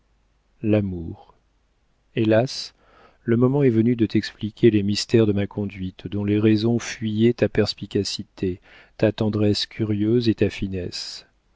l'amour hélas le moment est venu de t'expliquer les mystères de ma conduite dont les raisons fuyaient ta perspicacité ta tendresse curieuse et ta finesse